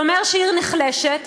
זה אומר שהעיר נחלשת.